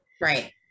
Right